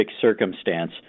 circumstance